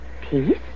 Peace